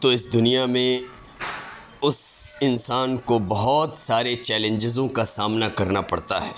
تو اس دنیا میں اس انسان کو بہت سارے چیلنجزوں کا سامنا کرنا پڑتا ہے